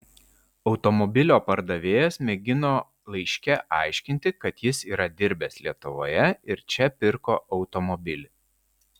automobilio pardavėjas mėgino laiške aiškinti kad jis yra dirbęs lietuvoje ir čia pirko automobilį